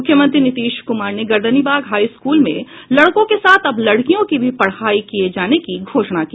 मुख्यमंत्री नीतीश कुमार ने Gardanibagh high school में लड़कों के साथ अब लड़कियों की भी पढ़ाई किये जाने की घोषणा की